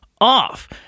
off